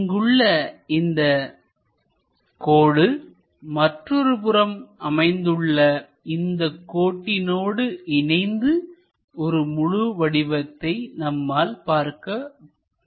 இங்குள்ள இந்த கோடு மற்றொருபுறம் அமைந்துள்ள இந்த கோட்டினோடு இணைந்து ஒரு முழு வடிவத்தை நம்மால் பார்க்க முடிய வேண்டும்